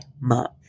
month